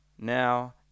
Now